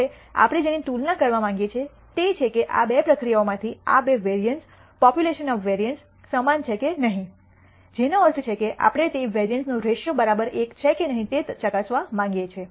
હવે આપણે જેની તુલના કરવા માંગીએ છીએ તે છે કે આ બે પ્રક્રિયાઓમાંથી આ બે વેરિઅન્સ પોપ્યુલેશનના વેરિઅન્સ સમાન છે કે નહીં જેનો અર્થ છે કે આપણે તે વેરિઅન્સ નો રૈશીઓ 1 છે કે નહીં તે ચકાસવા માંગીએ છીએ